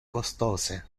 costose